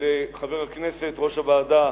לחבר הכנסת, ראש הוועדה,